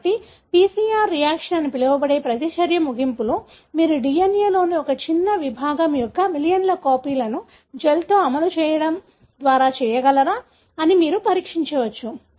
కాబట్టి PCR reaction అని పిలవబడే ప్రతిచర్య ముగింపులో మీరు DNAలోని ఒక చిన్న విభాగం యొక్క మిలియన్ల కాపీలను జెల్లో అమలు చేయడం ద్వారా చేయగలరా అని మీరు పరీక్షించవచ్చు